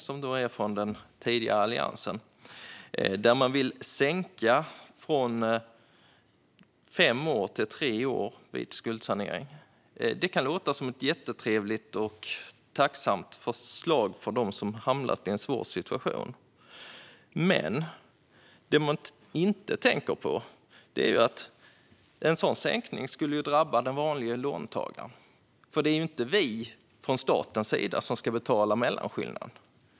Det är en reservation från den tidigare Alliansen där man vill sänka betalningsplanens längd från fem år till tre år vid skuldsanering. Det kan låta som ett jättetrevligt och tacknämligt förslag för dem som hamnat i en svår situation, men vad man då inte tänker på är att en sådan sänkning skulle drabba den vanliga låntagaren. Det är ju inte vi från statens sida som ska betala mellanskillnaden.